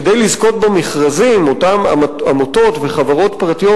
כדי לזכות במכרזים אותן עמותות וחברות פרטיות